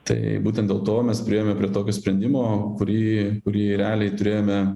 tai būtent dėl to mes priėjome prie tokio sprendimo kurį kurį realiai turėjome